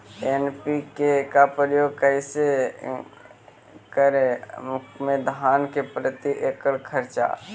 NPK का प्रयोग करे मे धान मे प्रती एकड़ खर्चा?